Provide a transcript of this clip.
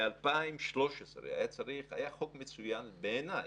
ב-2013 היה חוק מצוין, בעיניי,